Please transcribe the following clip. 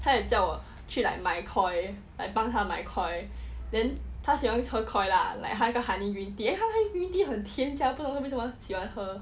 他有叫我去 like 买 Koi like 帮她买 Koi then 他喜欢喝 Koi lah like 喝一个 honey green tea honey green tea 很甜 sia 不懂为什么喜欢喝